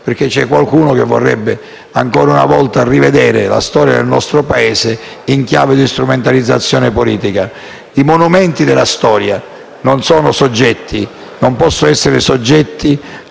perché qualcuno vorrebbe, ancora una volta, rivedere la storia del nostro Paese in chiave di strumentalizzazione politica. I monumenti della storia non possono essere soggetti